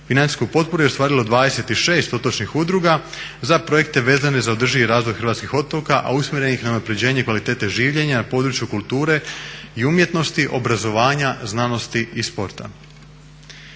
Financijsku potporu je ostvarilo 26 otočnih udruga za projekte vezane za održivi razvoj hrvatskih otoka, a usmjerenih na unapređenje kvalitete življenja na području kulture i umjetnosti, obrazovanja, znanosti i sporta.